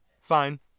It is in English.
Fine